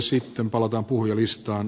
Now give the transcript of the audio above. sitten palataan puhujalistaan